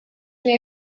nie